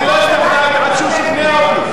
אני לא השתכנעתי עד שהוא שכנע אותי.